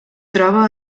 troba